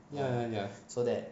ya ya ya